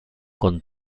con